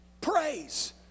praise